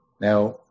Now